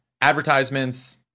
advertisements